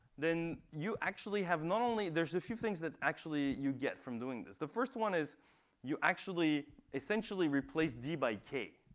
then you actually have not only there's a few things that actually you get from doing this. the first one is you actually essentially replace d by k,